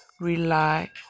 rely